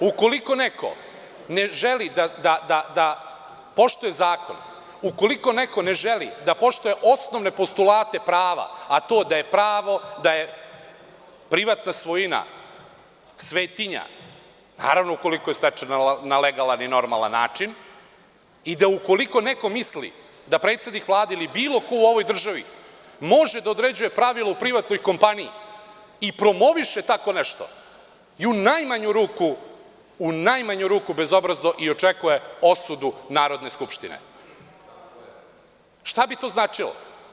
Ukoliko neko ne želi da poštuje zakon, ukoliko neko ne želi da poštuje osnovne postulate prava, a to da je pravo, da je privatna svojina svetinja, naravno ukoliko je stečena na legalan i normalan način i da ukoliko neko misli da predsednik Vlade ili bilo ko u ovoj državi može da određuje pravilo u privatnoj kompaniji i promoviše tako nešto i u najmanju ruku bezobrazno i očekuje osudu Narodne skupštine, šta bi to značilo?